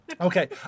Okay